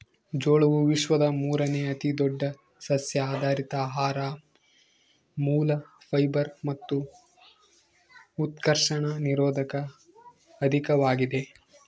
ಜೋಳವು ವಿಶ್ವದ ಮೂರುನೇ ಅತಿದೊಡ್ಡ ಸಸ್ಯಆಧಾರಿತ ಆಹಾರ ಮೂಲ ಫೈಬರ್ ಮತ್ತು ಉತ್ಕರ್ಷಣ ನಿರೋಧಕ ಅಧಿಕವಾಗಿದೆ